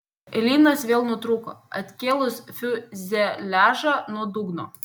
lynas vėl nutrūko atkėlus fiuzeliažą nuo dugno